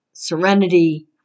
serenity